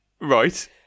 Right